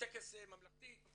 טקס ממלכתי.